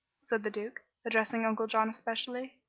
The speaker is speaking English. said the duke, addressing uncle john especially,